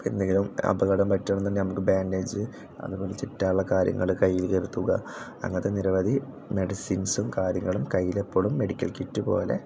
ഇപ്പം എന്തെങ്കിലും അപകടം പറ്റണമെന്നുണ്ടെങ്കിൽ നമുക്ക് ബാൻഡേജ് അതിൻ്റെയുള്ളിൽ ചുറ്റാനുള്ള കാര്യങ്ങൾ കയ്യിൽ കരുതുക അങ്ങനത്തെ നിരവധി മെഡിസിൻസും കാര്യങ്ങളും കയ്യിലെപ്പോഴും മെഡിക്കൽ കിറ്റ് പോലെ